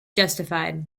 justified